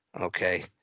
Okay